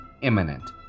imminent